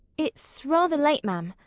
it's rather late ma'am.